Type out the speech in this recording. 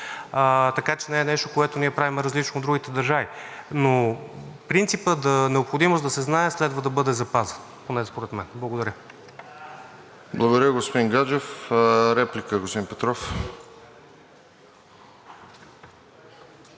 така че не е нещо, което ние правим различно от другите държави. Но принципът „необходимост да се знае“ следва да бъде запазен поне според мен. Благодаря. ПРЕДСЕДАТЕЛ РОСЕН ЖЕЛЯЗКОВ: Благодаря, господин Гаджев. Реплика, господин Петров.